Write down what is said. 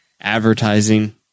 advertising